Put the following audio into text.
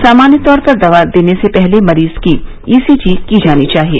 सामान्य तौर पर दवा देने से पहले मरीज की ई सी जी की जानी चाहिए